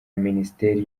minisiteri